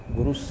Guru